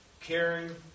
caring